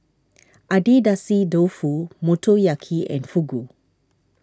Agedashi Dofu Motoyaki and Fugu